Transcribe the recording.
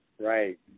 Right